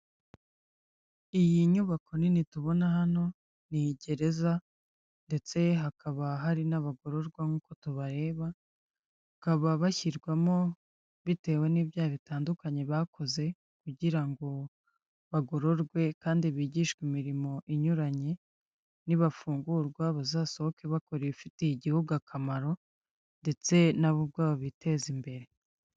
Iyi nyubako nini tubona hano ni gereza ndetse hakaba hari n'abagororwa nkuko tubareba, bakaba bashyirwamo bitewe n'ibyaha bitandukanye bakoze kugira ngo bagororwe kandi bigishwe imirimo inyuranye, nibafungurwa bazasohoke bakora ibifitiye igihugu akamaro ndetse na bo ubwabo biteza imbere.